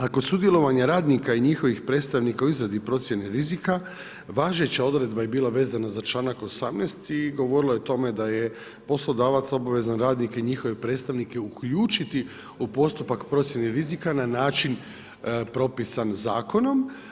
A kod sudjelovanje radnika i njihovih predstavnika u izradi procjene rizika, važeća odredba je bila vezana za čl. 18. i govorila je o tome, da je poslodavac obvezan radnike i njihove predstavnike uključiti u postupak procjene rizika, na način, propisan zakonom.